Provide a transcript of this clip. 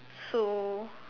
so